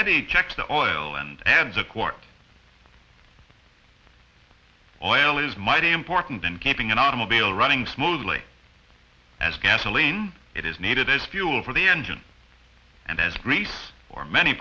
heavy check the oil and adds a quart of oil is mighty important in keeping an automobile running smoothly as gasoline it is needed as fuel for the engine and as greece for many